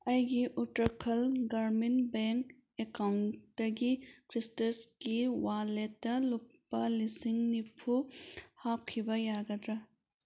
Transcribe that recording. ꯑꯩꯒꯤ ꯎꯇꯔꯈꯟ ꯒ꯭ꯔꯥꯃꯤꯟ ꯕꯦꯡ ꯑꯦꯀꯥꯎꯟꯇꯒꯤ ꯈ꯭ꯔꯤꯇꯁꯀꯤ ꯋꯥꯂꯦꯠꯇ ꯂꯨꯄꯥ ꯂꯤꯁꯤꯡ ꯅꯤꯐꯨ ꯍꯥꯞꯈꯤꯕ ꯌꯥꯒꯗ꯭ꯔꯥ